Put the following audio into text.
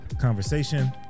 conversation